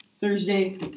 Thursday